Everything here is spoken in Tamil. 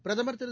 பிரதமர் திரு